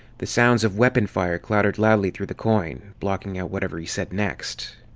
the sounds of weapon-fire clattered loudly through the coin, blocking out whatever he said next.